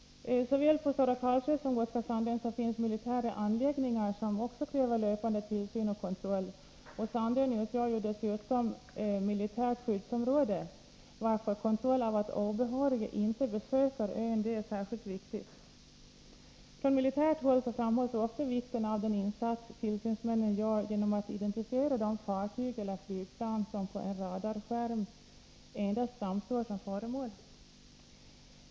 Såväl på Stora Karlsö som på Gotska Sandön finns militära anläggningar som också kräver löpande tillsyn och kontroll. Gotska Sandön utgör dessutom militärt skyddsområde, varför kontroll av att obehöriga inte besöker öÖn är särskilt viktigt. Från militärt håll framhålls ofta vikten av den insats tillsynsmännen gör genom att identifiera de fartyg eller flygplan som på en radarskärm endast framstår som föremål.